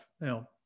now